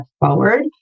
forward